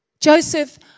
Joseph